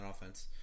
offense